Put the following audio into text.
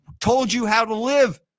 told-you-how-to-live